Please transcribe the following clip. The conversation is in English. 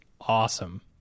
awesome